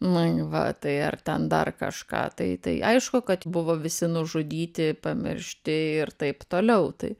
nu va tai ar ten dar kažką tai tai aišku kad buvo visi nužudyti pamiršti ir taip toliau tai